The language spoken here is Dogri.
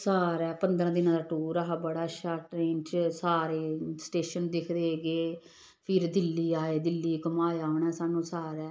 सारै पंदरां दिनें दा टूर हा बड़ा अच्छा ट्रेन च सारे स्टेशन दिखदे गे फिर दिल्ली आए दिल्ली गी घमाया उ'नें सानूं सारै